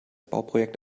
bauprojekt